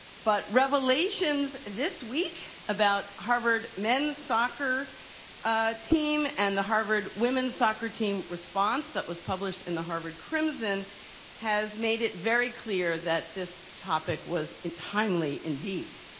but revelations this week about harvard men's soccer ah team and the harvard women's soccer team response that was published in the harvard crimson has made it very clear that this topic was timely, indeed.